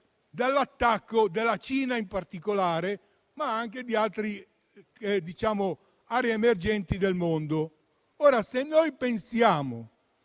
dall'attacco della Cina in particolare, ma anche di altre aree emergenti del mondo. Ora, se noi pensiamo,